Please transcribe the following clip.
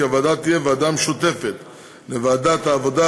הוועדה תהיה ועדה משותפת לוועדת העבודה,